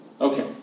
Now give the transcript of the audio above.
Okay